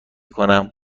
کنم